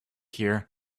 here